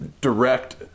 direct